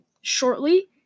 shortly